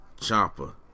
Chopper